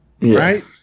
Right